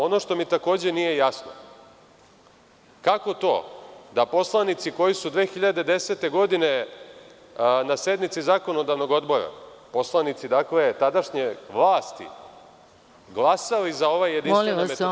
Ono što mi takođe nije jasno – kako to da poslanici koji su 2010. godine na sednici Zakonodavnog odbora, poslanici tadašnje vlasti, glasali za ova jedinstvena metodološka pravila?